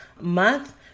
month